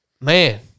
Man